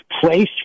place